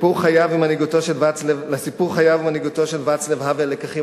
לסיפור חייו ומנהיגותו של האוול לקחים